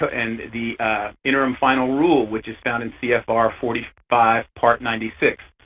so and the interim final rule which is found in c f r four five part ninety six.